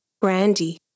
Brandy